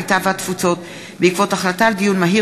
הקליטה והתפוצות בעקבות דיון מהיר